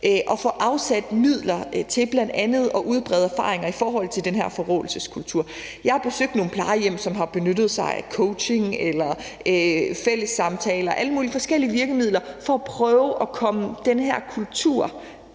at få afsat midler til bl.a. at udbrede erfaringer i forhold til den her forråelseskultur. Jeg har besøgt plejehjem, som har benyttet sig af coaching eller fællessamtaler, alle mulige forskellige virkemidler, for at prøve at tage den her kultur